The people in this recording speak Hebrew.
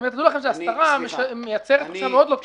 הסתרה מייצרת תחושה מאוד לא טובה.